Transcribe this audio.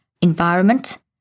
environment